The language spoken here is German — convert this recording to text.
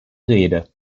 rede